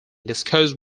discussed